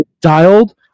dialed